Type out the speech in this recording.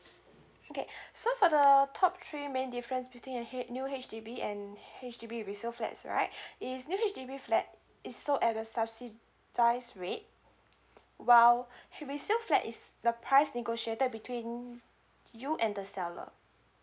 okay so for the top three main difference between a H new H_D_B and H_D_B resale flats right is new H_D_B flat is sold at a subsidies rate while resale flat is the price negotiated between you and the seller